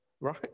right